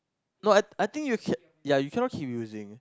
no I I think you can yeah you cannot keep using